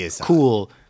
cool